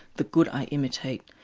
the good i imitate,